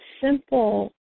simple